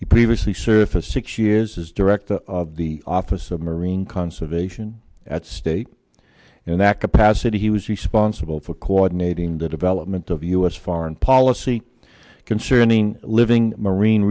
he previously served as six years as director of the office of marine conservation at state in that capacity he was responsible for coordinating the development of u s foreign policy concerning living marine